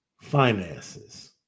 finances